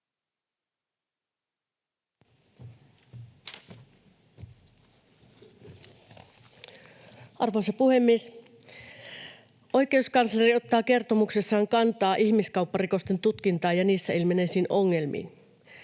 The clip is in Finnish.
Arvoisa puhemies! Oikeuskansleri ottaa kertomuksessaan kantaa ihmiskaupparikosten tutkintaan ja niissä ilmenneisiin ongelmiin.